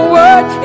work